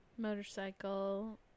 Motorcycle